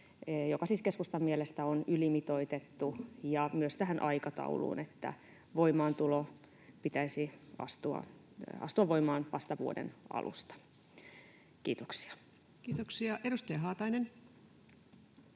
joka siis keskustan mielestä on ylimitoitettu, ja myös tähän aikatauluun, että voimaantulon pitäisi astua voimaan vasta vuoden alusta. — Kiitoksia. Kiitoksia. — Edustaja Haatainen.